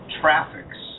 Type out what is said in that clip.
traffics